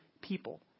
people